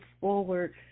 forward